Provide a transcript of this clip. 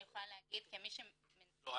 אני יכולה להגיב כמי ש- -- לא,